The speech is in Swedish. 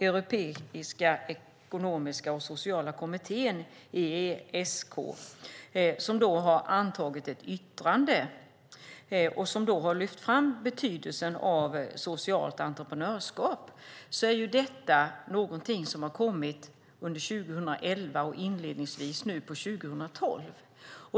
Europeiska ekonomiska och sociala kommittén, EESK, har antagit ett yttrande och lyft fram betydelsen av socialt entreprenörskap, och det är någonting som har kommit under 2011 och nu inledningsvis under 2012.